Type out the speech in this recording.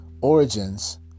origins